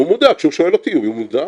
הוא מודע, כשהוא שואל אותי הוא מודע.